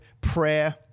prayer